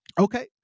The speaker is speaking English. Okay